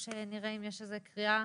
אנחנו ניתן בדיון